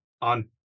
on